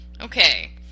Okay